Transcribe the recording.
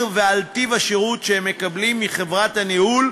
ועל טיב השירות שמקבלים מחברת הניהול,